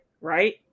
Right